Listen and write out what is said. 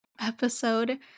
episode